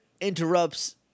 Interrupts